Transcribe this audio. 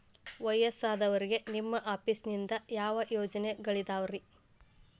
ವಯಸ್ಸಾದವರಿಗೆ ನಿಮ್ಮ ಆಫೇಸ್ ನಿಂದ ಯಾವ ಯೋಜನೆಗಳಿದಾವ್ರಿ?